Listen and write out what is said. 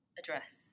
address